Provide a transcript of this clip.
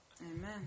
Amen